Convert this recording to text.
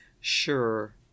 Sure